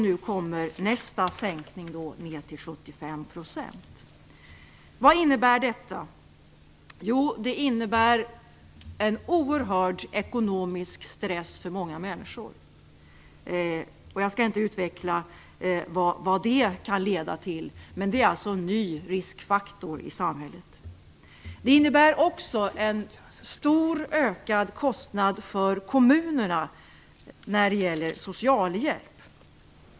Nu kommer nästa sänkning, ned till 75 %. Vad innebär detta? Jo, det innebär en oerhörd ekonomisk stress för många människor. Jag skall inte utveckla vad det kan leda till, men det är alltså en ny riskfaktor i samhället. Det innebär också en stor ökad kostnad för kommunerna när det gäller socialhjälp.